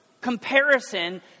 comparison